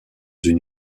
une